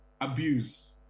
abuse